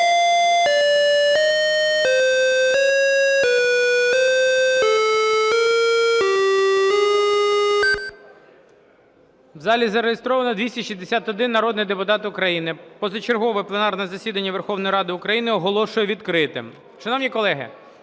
У залі зареєстровано 213 народних депутатів України. Пленарне засідання Верховної Ради України оголошую відкритим. Шановні колеги,